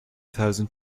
thousand